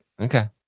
Okay